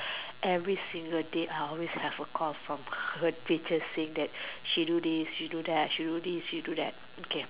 every single day I always have a call from her teachers where she do this she does that she do this she does that okay